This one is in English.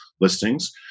listings